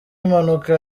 impanuka